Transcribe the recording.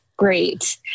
Great